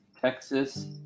Texas